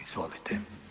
Izvolite.